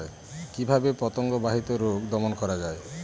কিভাবে পতঙ্গ বাহিত রোগ দমন করা যায়?